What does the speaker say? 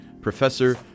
professor